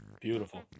Beautiful